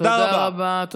תודה רבה.